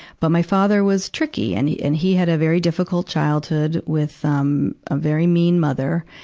but my father was tricky, and he, and he had a very difficult childhood with, um, a very mean mother.